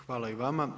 Hvala i vama.